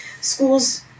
Schools